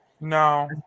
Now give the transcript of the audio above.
No